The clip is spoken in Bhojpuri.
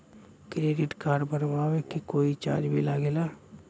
क्रेडिट कार्ड बनवावे के कोई चार्ज भी लागेला?